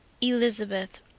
Elizabeth